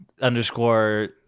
underscore